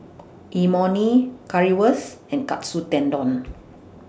Imoni Currywurst and Katsu Tendon